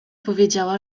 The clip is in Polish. powiedziała